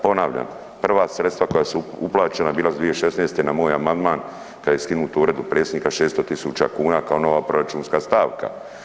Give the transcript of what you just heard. Ponavljam, prva sredstva koja su uplaćena bila su 2016. na moj amandman kad je skinuto uredu predsjednika 600.000 kuna kao nova proračunska stavka.